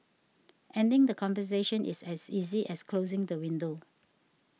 ending the conversation is as easy as closing the window